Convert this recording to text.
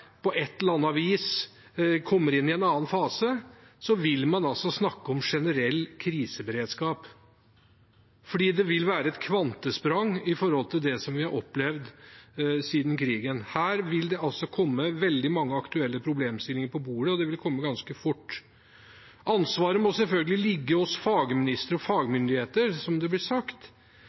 på et eller annet vis kommer inn i en annen fase, vil man snakke om generell kriseberedskap. Det vil være et kvantesprang i forhold til det vi har opplevd siden krigen. Her vil det komme mange aktuelle problemstillinger på bordet, og de vil komme ganske raskt. Ansvaret må selvfølgelig ligge hos fagministre og fagmyndigheter, som det ble sagt,